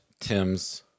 Tim's